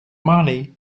money